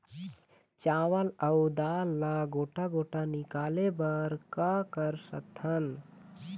चावल अऊ दाल ला गोटा गोटा निकाले बर का कर सकथन?